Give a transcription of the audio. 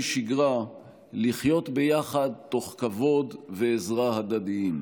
שגרה לחיות ביחד תוך כבוד ועזרה הדדיים.